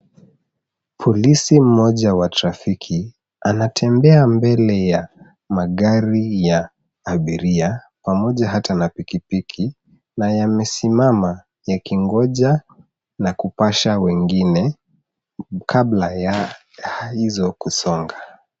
Polisi mmoja wa trafiki anatembea mbele ya magari ya abiria pamoja hata na pipipiki, na yamesimama yakingoja na kupasha wengine kabla ya hizo kusonga.